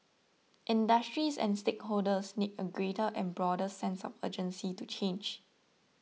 industries and stakeholders need a greater and broader sense of urgency to change